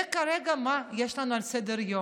זה כרגע מה שיש לנו על סדר-היום.